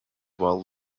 while